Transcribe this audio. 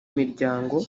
miryango